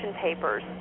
papers